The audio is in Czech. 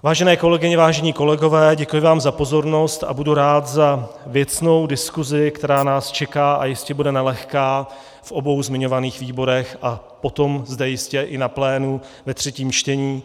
Vážené kolegyně, vážení kolegové, děkuji vám za pozornost a budu rád za věcnou diskuzi, která nás čeká a jistě bude nelehká v obou zmiňovaných výborech a potom zde jistě i na plénu ve třetím čtení.